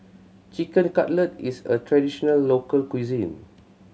Chicken Cutlet is a traditional local cuisine